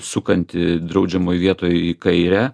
sukantį draudžiamoje vietoje į kairę